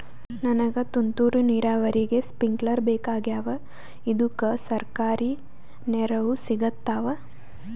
ನನಗ ತುಂತೂರು ನೀರಾವರಿಗೆ ಸ್ಪಿಂಕ್ಲರ ಬೇಕಾಗ್ಯಾವ ಇದುಕ ಸರ್ಕಾರಿ ನೆರವು ಸಿಗತ್ತಾವ?